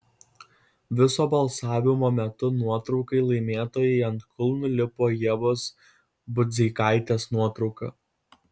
viso balsavimo metu nuotraukai laimėtojai ant kulnų lipo ievos budzeikaitės nuotrauka